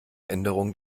änderung